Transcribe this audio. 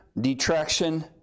detraction